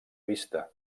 vista